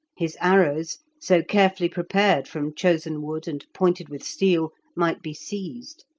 his arrows, so carefully prepared from chosen wood, and pointed with steel, might be seized.